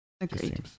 Agreed